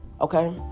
okay